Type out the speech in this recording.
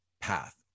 path